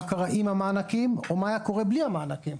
מה קרה עם המענקים או מה היה קורה בלי המענקים.